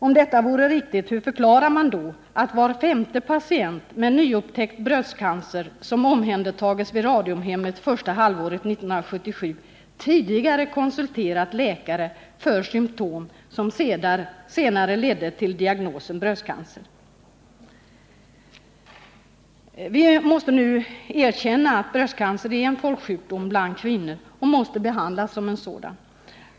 Om detta vore riktigt, hur förklarar man då att var femte patient med nyupptäckt bröstcancer som omhändertagits vid Radiumhemmet första halvåret 1977 tidigare konsulterat läkare för symtom som senare ledde till diagnosen bröstcancer? Vi måste nu erkänna att bröstcancer är en folksjukdom bland kvinnor och att den måste behandlas som en sådan.